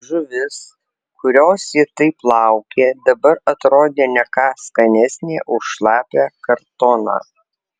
žuvis kurios ji taip laukė dabar atrodė ne ką skanesnė už šlapią kartoną